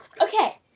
Okay